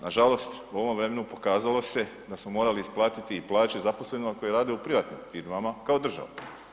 Nažalost u ovom vremenu pokazalo se da smo morali isplatiti i plaće zaposlenih koji rade u privatnim firmama kao država.